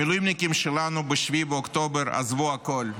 ב-7 באוקטובר המילואימניקים שלנו עזבו הכול,